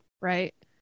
right